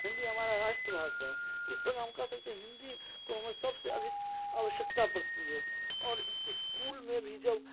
हिंदी हमारा राष्ट्रभाषा है इस प्रकार हम कह सकते है हिंदी को हमें सबसे अधिक आवश्यकता पड़ती है और स्कूल में भी जब